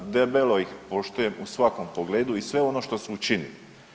Debelo ih poštujem u svakom pogledu i sve ono što su učinili.